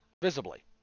Visibly